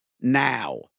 now